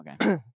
Okay